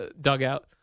dugout